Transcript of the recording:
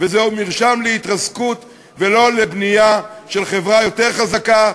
אינו אלא טועה.